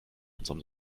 unserem